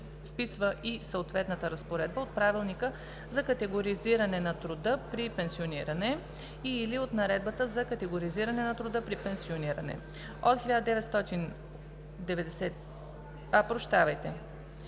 вписва и съответната разпоредба от Правилника за категоризиране на труда при пенсиониране (отм.) и/или от Наредбата за категоризиране на труда при пенсиониране, по която предлага